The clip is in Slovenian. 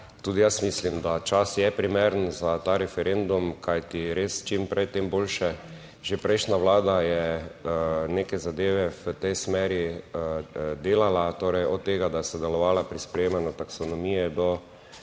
tudi jaz mislim, da čas je primeren za ta referendum, kajti res, čim prej, tem boljše. Že prejšnja vlada je neke zadeve v tej smeri delala, torej od tega, da je sodelovala pri sprejemanju taksonomije, do